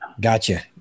Gotcha